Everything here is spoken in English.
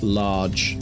large